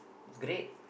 it's great